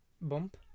bump